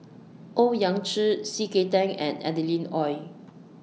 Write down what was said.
Owyang Chi C K Tang and Adeline Ooi